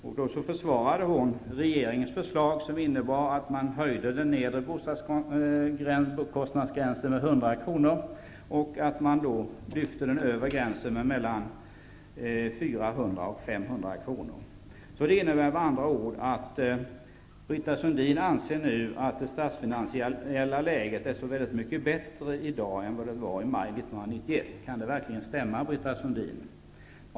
Vi det tillfället försvarade hon den dåvarande regeringens förslag, som innebar att den nedre bostadskostnadsgränsen höjdes med kr. Det innebär med andra ord att Britta Sundin anser att det statsfinansiella läget är så mycket bättre nu än i maj år 1991. Kan det verkligen stämma, Britta Sundin?